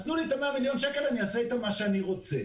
אז תנו לי את ה-100 מיליון שקלים ואני אעשה אתם מה אני רוצה.